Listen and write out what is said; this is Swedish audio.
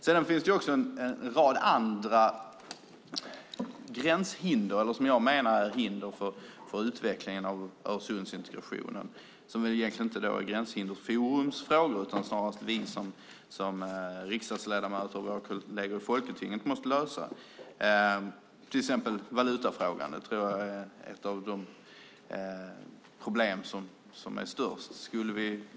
Det finns också en rad andra, som jag menar, gränshinder för utvecklingen av Öresundsintegrationen. De är väl egentligen inte Gränshindersforums frågor utan snarare sådana vi riksdagsledamöter och våra kolleger i Folketinget måste lösa, till exempel valutafrågan. Det är ett av de största problemen.